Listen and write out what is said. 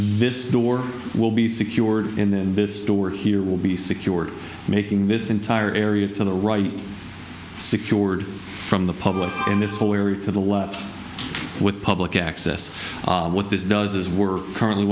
this door will be secured in this store here will be secured making this entire area to the right secured from the public in this whole area to the left with public access what this does is we're currently